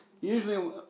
Usually